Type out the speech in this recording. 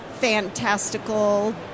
fantastical